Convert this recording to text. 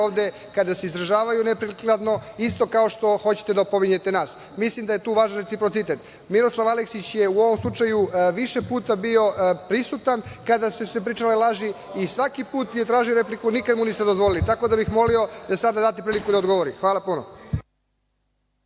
govore kada se izražavaju neprikladno, isto kao što hoćete da pominjete nas. Mislim da je tu važan reciprocitet. Miroslav Aleksić je u ovom slučaju više puta bio prisutan kada su se pričale laži i svaki put je tražio repliku a niste mu dozvolili, pa bih vas molio da mu sada date priliku da odgovori. Hvala.